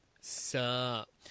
Sup